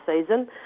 season